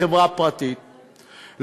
בחברה פרטית,